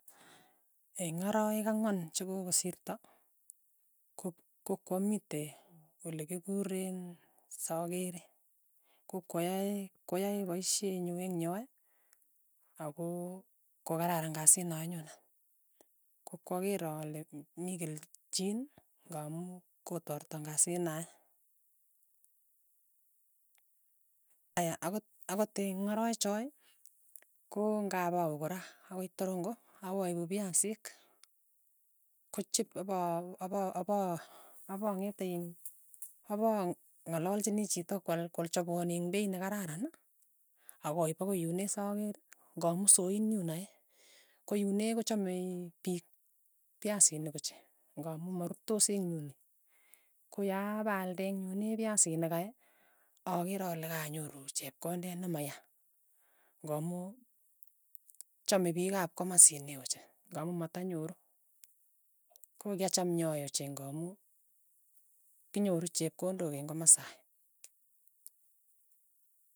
Eng' arawek ang'wan chokokosirto, ko- kokwamite ole kikureen sakeri, kokwayae kwayae paishe nyu eng' yoe, ako kokararan kasii na yae eng' yuno. ko kwakeer ale mm- mikelchin ng'amu kotareton kasii noe, aya akot akot ii ng'ororechoe, ko ng'ap awe kora akoi torongo, awaipu piasik, kochip, ipa apa- apa- apaa apangeteiin apaang'alalchini chito kwal kwalchopwo ing' beit ne kararan akaip akoi yun isokeer, ng'amu soin yunoe, koyunee kochamei piik piasinik ochei, ng'amu marurtos eng' yun ee, koya paa alde eng' yun piasinik kei, akere ale kanyoru chepkondet ne maya, ng'amu chame piik ap komaseni ochei, ng'amu matanyoru, ko kiacham yoe ochei ng'amu kinyoru chepkondok eng' komasae.